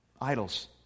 idols